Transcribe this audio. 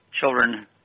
children